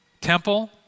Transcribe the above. temple